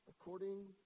according